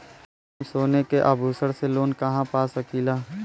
हम सोने के आभूषण से लोन कहा पा सकीला?